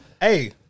Hey